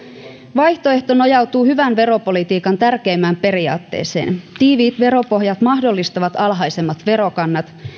vaihtoehto nojautuu hyvän veropolitiikan tärkeimpään periaatteeseen tiiviit veropohjat mahdollistavat alhaisemmat verokannat